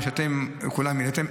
מה שכולכם העליתם,